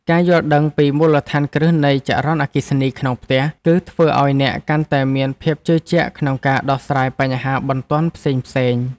ការយល់ដឹងពីមូលដ្ឋានគ្រឹះនៃចរន្តអគ្គិសនីក្នុងផ្ទះ នឹងធ្វើឱ្យអ្នកកាន់តែមានភាពជឿជាក់ក្នុងការដោះស្រាយបញ្ហាបន្ទាន់ផ្សេងៗ។